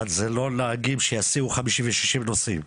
אבל זה לא נהגים שיסיעו 50 ו-60 נוסעים.